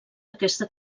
aquesta